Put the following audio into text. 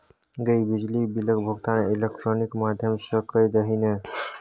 गै बिजली बिलक भुगतान इलेक्ट्रॉनिक माध्यम सँ कए दही ने